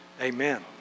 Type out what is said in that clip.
Amen